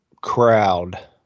crowd